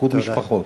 איחוד משפחות.